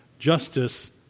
justice